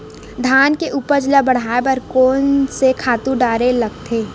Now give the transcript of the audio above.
धान के उपज ल बढ़ाये बर कोन से खातु डारेल लगथे?